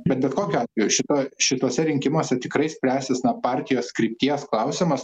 bet bet kokiu atveju šita šituose rinkimuose tikrai spręsis na partijos krypties klausimas